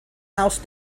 house